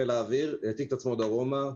חיל האוויר העתיק את עצמו דרומה,